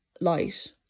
light